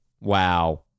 Wow